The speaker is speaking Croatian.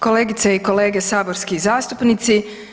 Kolegice i kolege saborski zastupnici.